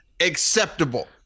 acceptable